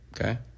Okay